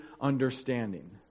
understanding